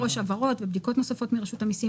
הבהרות ובדיקות נוספות מרשות המיסים,